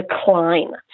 decline